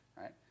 right